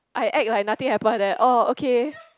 I act like nothing happen eh oh okay